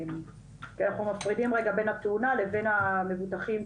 אנחנו מפרידים רגע בין התאונה לבין המבוטחים,